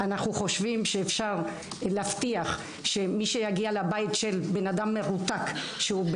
אנו חושבים שאפשר להבטיח שמי שיגיע לבית של אדם מרותק שהוא לכאורה